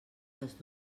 les